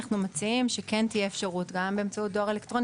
אנחנו מציעים שכן תהיה אפשרות גם באמצעות דואר אלקטרוני